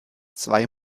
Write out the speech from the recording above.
zwei